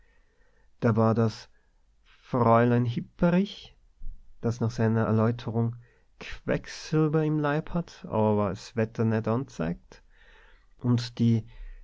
da war das fräulein hipperich das nach seiner erläuterung quecksilwer im leib hat awwer s wetter net aazeigt und die